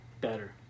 better